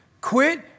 quit